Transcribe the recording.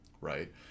right